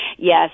Yes